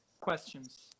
questions